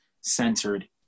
centered